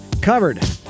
covered